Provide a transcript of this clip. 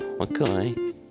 Okay